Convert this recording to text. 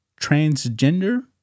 transgender